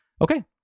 Okay